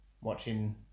watching